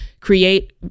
Create